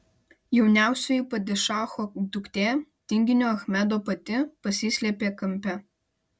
jauniausioji padišacho duktė tinginio achmedo pati pasislėpė kampe